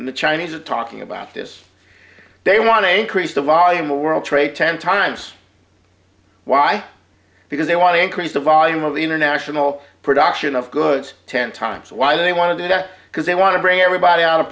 and the chinese are talking about this they want to increase the volume of world trade ten times why because they want to increase the volume of the international production of goods ten times why they want to do that because they want to bring everybody out of